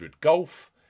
Golf